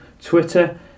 Twitter